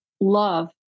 love